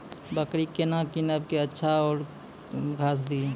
बकरी केना कीनब केअचछ छ औरू के न घास दी?